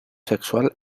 sexual